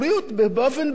באופן ברור,